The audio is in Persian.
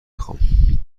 خوام